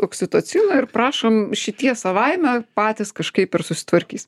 oksitocino ir prašom šitie savaime patys kažkaip ir susitvarkys